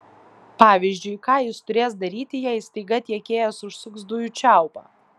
pavyzdžiui ką jis turės daryti jei staiga tiekėjas užsuks dujų čiaupą